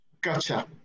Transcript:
Gotcha